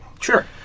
sure